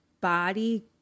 body